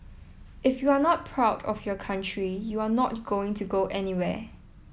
if you are not proud of your country you are not going to go anywhere